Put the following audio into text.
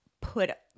put